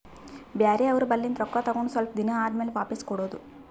ಬ್ಯಾರೆ ಅವ್ರ ಬಲ್ಲಿಂದ್ ರೊಕ್ಕಾ ತಗೊಂಡ್ ಸ್ವಲ್ಪ್ ದಿನಾ ಆದಮ್ಯಾಲ ವಾಪಿಸ್ ಕೊಡೋದು